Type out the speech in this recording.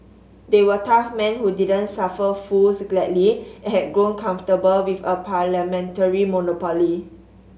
they were tough men who didn't suffer fools gladly and had grown comfortable with a parliamentary monopoly